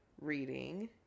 reading